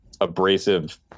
abrasive